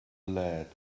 lead